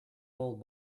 old